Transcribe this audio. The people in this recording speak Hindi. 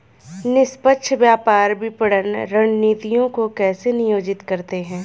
निष्पक्ष व्यापार विपणन रणनीतियों को कैसे नियोजित करते हैं?